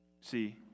see